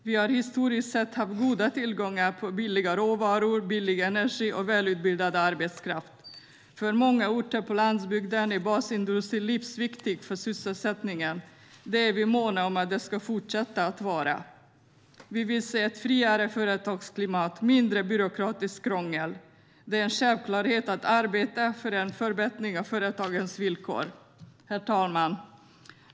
Vi har historiskt sett haft god tillgång till billiga råvaror, billig energi och välutbildad arbetskraft. För många orter på landsbygden är basindustrin livsviktig för sysselsättningen. Det är vi måna om att den ska fortsätta att vara. Vi vill se ett friare företagsklimat, mindre byråkratiskt krångel. Det är en självklarhet att arbeta för en förbättring av företagens villkor. Herr talman!